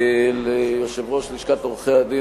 ליושב-ראש לשכת עורכי-הדין,